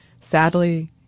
Sadly